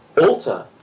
alter